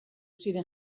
ziren